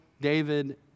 David